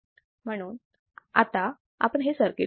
म्हणून आता आपण हे सर्किट बघू